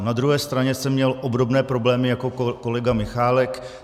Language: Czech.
Na druhé straně jsem měl obdobné problémy jako kolega Michálek.